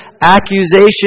accusation